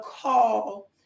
call